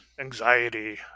anxiety